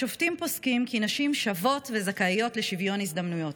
השופטים פוסקים כי נשים שוות וזכאיות לשוויון הזדמנויות.